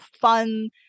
fun